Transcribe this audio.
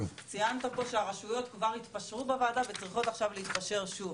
ציינת פה שהרשויות כבר התפשרו בוועדה וצריכות עכשיו להתפשר שוב,